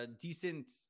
decent